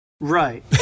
Right